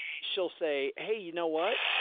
she'll say, hey, you know what?